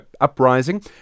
uprising